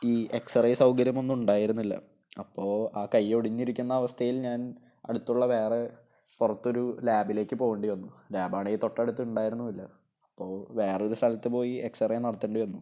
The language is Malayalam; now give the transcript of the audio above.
ഈ എക്സ്റേ സൗകര്യമൊന്നും ഉണ്ടായിരുന്നില്ല അപ്പോള് ആ കൈയൊടിഞ്ഞിരിക്കുന്ന അവസ്ഥയിൽ ഞാൻ അടുത്തുള്ള വേറെ പുറത്തൊരു ലാബിലേക്ക് പോവണ്ടി വന്നു ലാബാണെങ്കില് തൊട്ടടുത്ത് ഉണ്ടായിരുന്നുമില്ല അപ്പോള് വേറൊരു സ്ഥലത്ത് പോയി എക്സ്റേ നടത്തേണ്ടി വന്നു